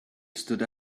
stood